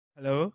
Hello